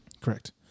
Correct